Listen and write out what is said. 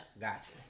Gotcha